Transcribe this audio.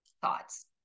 thoughts